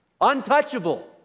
Untouchable